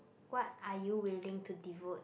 what are you willing to devote